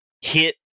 hit